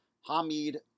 Hamid